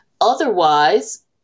Otherwise